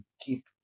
keep